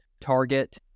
target